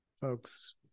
folks